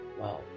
Wow